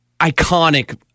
iconic